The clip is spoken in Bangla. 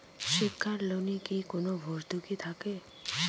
শিক্ষার লোনে কি কোনো ভরতুকি থাকে?